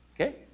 Okay